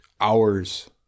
hours